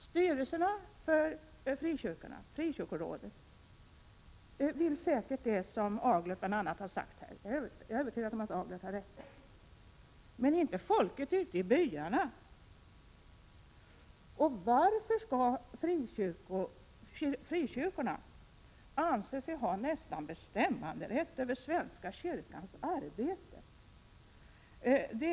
Styrelserna för frikyrkorna, frikyrkorådet, vill säkert det, bl.a. Per Arne Aglert har talat om detta, och jag är övertygad om att han har rätt. Men det gäller inte folket ute i byarna! Varför skall frikyrkorna anse sig nästan ha bestämmanderätt över svenska kyrkans arbete?